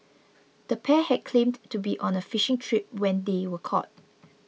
the pair had claimed to be on a fishing trip when they were caught